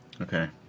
Okay